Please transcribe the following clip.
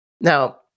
Now